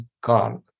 gone